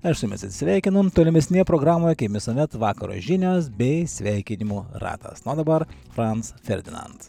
aš su jumis atsisveikinu tolimesnėje programoje kaip visuomet vakaro žinios bei sveikinimų ratas na o dabar franc ferdinand